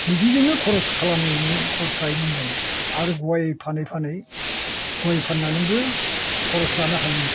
बिदिजोंनो खर'स खालामोमोन खर'स जायोमोन जों आरो गय फानै फानै गय फाननानैबो खरस जानो हायो